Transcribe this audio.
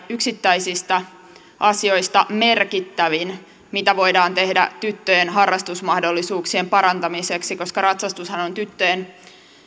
yksittäisistä asioista merkittävin mitä voidaan tehdä tyttöjen harrastusmahdollisuuksien parantamiseksi ratsastushan on tyttöjen